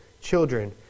children